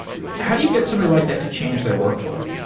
how do you get somebody like that to change their workfl ow?